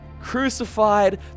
crucified